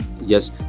yes